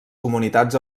comunitats